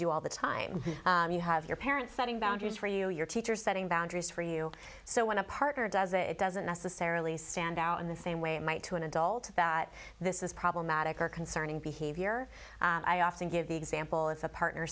do all the time you have your parents setting boundaries for you your teachers setting boundaries for you so when a partner does it doesn't necessarily stand out in the same way it might to an adult that this is problematic or concerning behavior i often give the example if the partner